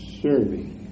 serving